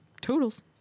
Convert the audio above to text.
toodles